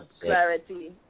clarity